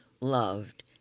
loved